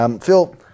Phil